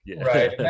right